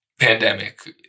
pandemic